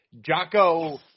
Jocko